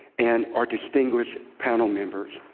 and our distinguished panel members.